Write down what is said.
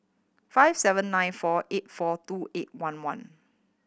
five seven nine four eight four two eight one one